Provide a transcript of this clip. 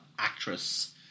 actress